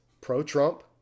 pro-Trump